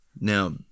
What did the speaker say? Now